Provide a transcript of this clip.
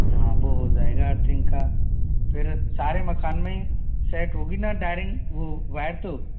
हाँ वो हो जाएगा अर्थिंग का फिर सारे मकान में सेट होगी ना डायरिंग वो वायर तो